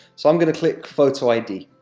so i'm going to click photo id.